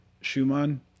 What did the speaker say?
schumann